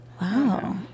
Wow